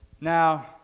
Now